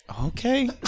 Okay